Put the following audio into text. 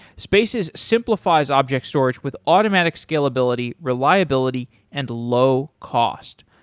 spaces simplifies object storage with automatic scalability, reliability and low cost.